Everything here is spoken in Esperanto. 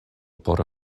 por